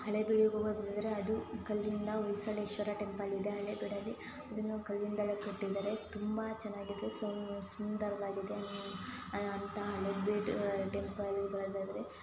ಹಳೆಬೀಡಿಗೆ ಹೋಗೋದಾದ್ರೆ ಅದು ಕಲ್ಲಿಂದ ಹೊಯ್ಸಳೇಶ್ವರ ಟೆಂಪಲ್ ಇದೆ ಹಳೆಬೀಡಲ್ಲಿ ಇದನ್ನು ಕಲ್ಲಿಂದಲೇ ಕಟ್ಟಿದ್ದಾರೆ ತುಂಬ ಚೆನ್ನಾಗಿದೆ ಸುಂದ ಸುಂದರವಾಗಿದೆ ಅಂತ ಹಳೆಬೀಡು ಟೆಂಪಲ್ ಹೇಳೋದಾದರೆ